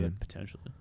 potentially